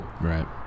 Right